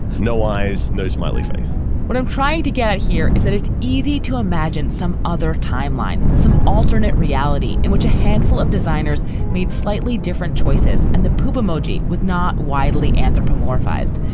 no eyes, no smiley face what i'm trying to get here is that it's easy to imagine some other timeline, some alternate reality in which a handful of designers made slightly different choices and the puba emoji was not widely anthropomorphized,